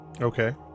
okay